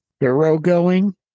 Thoroughgoing